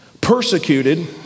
persecuted